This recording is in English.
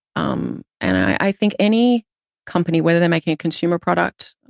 um and i think any company, whether they're making a consumer product